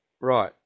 Right